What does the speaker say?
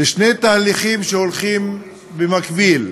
לשני תהליכים שהולכים במקביל: